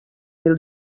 mil